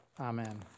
Amen